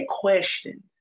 questions